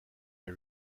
may